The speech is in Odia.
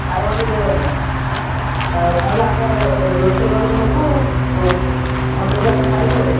ଖାଇବା ଖର୍ଚ୍ଚ ଦିଆ ଯାଉନି ତାହେଲେ ଆମେ ରୋଷେଇ କରିବୁ ନବୁ ଘଣ୍ଟେ ପରେ ଆମେ ଖାଇବୁ ଆଉ